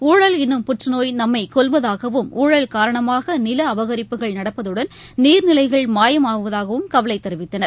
ஊழல் எனும் புற்றநோய் நம்மைகொல்வதாகவும் ஊழல் காரணமாகநிலஅபகரிப்புகள் நடப்பதுடன் நீர் நிலைகள் மாயமாவதாகவும் கவலைதெரிவித்தனர்